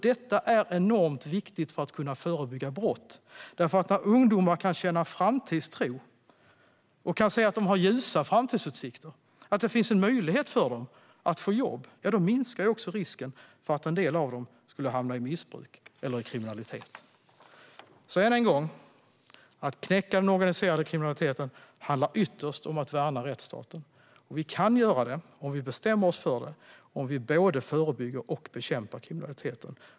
Detta är enormt viktigt för att kunna förebygga brott. När ungdomar kan känna framtidstro och se att de har ljusa framtidsutsikter och att det finns en möjlighet för dem att få jobb minskar också risken för att en del av dem hamnar i missbruk eller kriminalitet. Så än en gång: Att knäcka den organiserade kriminaliteten handlar ytterst om att värna rättsstaten. Och vi kan göra detta om vi bestämmer oss för det och om vi både förebygger och bekämpar kriminalitet.